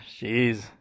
jeez